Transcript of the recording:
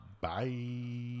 Bye